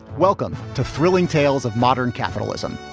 welcome to thrilling tales of modern capitalism.